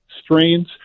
strains